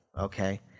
Okay